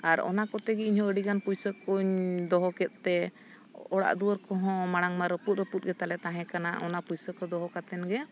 ᱟᱨ ᱚᱱᱟ ᱠᱚᱛᱮ ᱜᱮ ᱤᱧᱦᱚᱸ ᱟᱹᱰᱤ ᱜᱟᱱ ᱯᱩᱭᱥᱟᱹ ᱠᱚᱧ ᱫᱚᱦᱚ ᱠᱮᱫᱛᱮ ᱚᱲᱟᱜ ᱫᱩᱣᱟᱹᱨ ᱠᱚᱦᱚᱸ ᱢᱟᱲᱟᱝ ᱢᱟ ᱨᱟᱹᱯᱩᱫ ᱨᱟᱹᱯᱩᱫ ᱜᱮᱛᱟ ᱞᱮ ᱛᱟᱦᱮᱸ ᱠᱟᱱᱟ ᱚᱱᱟ ᱯᱚᱭᱥᱟ ᱠᱚ ᱫᱚᱦᱚ ᱠᱟᱛᱮᱱ ᱜᱮ